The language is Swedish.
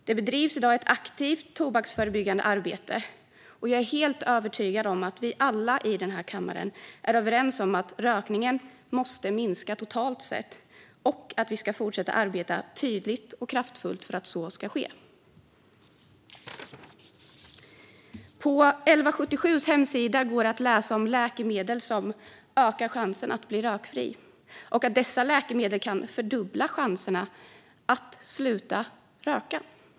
Det bedrivs i dag ett aktivt tobaksförebyggande arbete, och jag är helt övertygad om att vi alla i den här kammaren är överens om att rökningen måste minska totalt sett och att vi ska fortsätta att arbeta tydligt och kraftfullt för att så ska ske. På 1177:s hemsida går det att läsa om läkemedel som ökar chansen att bli rökfri och att dessa läkemedel kan fördubbla chanserna att lyckas sluta röka.